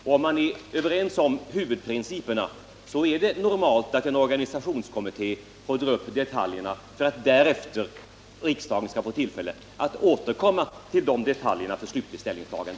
Om man är överens om huvudprinciperna, är det normalt att en organisationskommitté sedan får dra upp detaljerna för att riksdagen därefter skall få tillfälle att återkomma till dessa detaljer för ett slutligt ställningstagande.